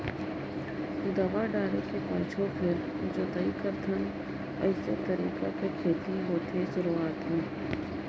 दवा डाले के पाछू फेर जोताई करथन अइसे तरीका के खेती होथे शुरूआत में